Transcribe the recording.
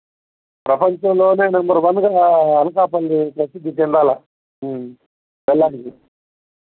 ప్రపంచంలో నెంబర్ వన్గా అనకాపల్లి ప్రసిద్ధి చెందాలి బెల్లానికి